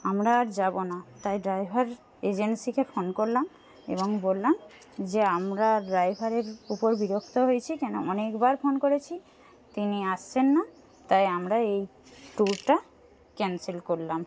আমরা আর যাবো না তাই ড্রাইভার এজেন্সিকে ফোন করলাম এবং বললাম যে আমরা ড্রাইভারের উপর বিরক্ত হয়েছি কেন অনেকবার ফোন করেছি তিনি আসছেন না তাই আমরা এই ট্যুরটা ক্যান্সেল করলাম